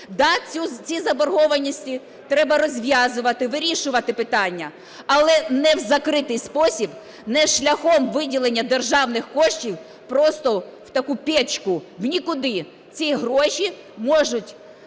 Да, ці заборгованості треба розв'язувати, вирішувати питання, але не в закритий спосіб, не шляхом виділення державних коштів просто в таку "пічку", в нікуди. Ці гроші можуть